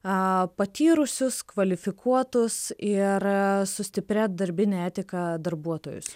ą patyrusius kvalifikuotus ir su stipria darbine etika darbuotojus